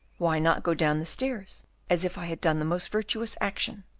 why not go down the stairs as if i had done the most virtuous action,